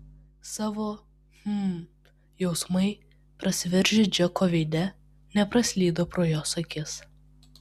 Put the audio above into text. savo hm jausmai prasiveržę džeko veide nepraslydo pro jos akis